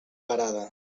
parada